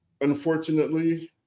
unfortunately